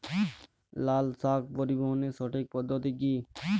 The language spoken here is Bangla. লালশাক পরিবহনের সঠিক পদ্ধতি কি?